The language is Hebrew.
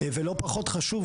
ולא פחות חשוב,